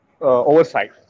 oversight